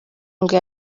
ngo